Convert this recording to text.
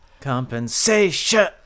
Compensation